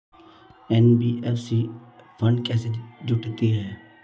NBFC fund कैसे जुटाती है?